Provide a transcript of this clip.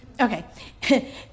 Okay